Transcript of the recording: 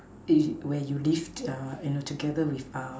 if when you live to uh in a together with uh